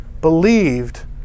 believed